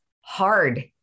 hard